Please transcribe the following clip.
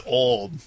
old